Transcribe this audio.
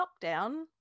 lockdown